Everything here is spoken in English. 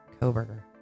Koberger